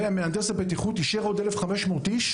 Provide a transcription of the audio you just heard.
ומהנדס הבטיחות אישר עוד 1,500 אנשים